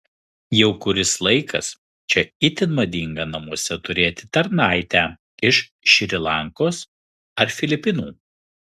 jau kuris laikas čia itin madinga namuose turėti tarnaitę iš šri lankos ar filipinų